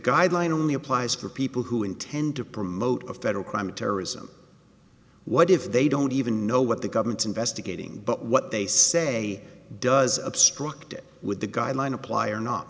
guideline only applies for people who intend to promote a federal crime of terrorism what if they don't even know what the government investigating but what they say does obstruct it with the guideline apply